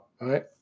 right